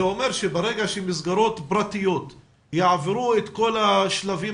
זה אומר שברגע שהמסגרות הפרטיות יעברו את השלבים